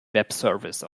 webservice